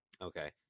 Okay